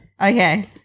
Okay